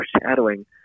foreshadowing